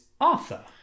Arthur